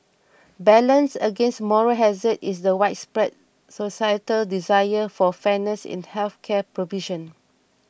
balanced against moral hazard is the widespread societal desire for fairness in health care provision